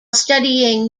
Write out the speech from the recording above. studying